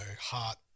heart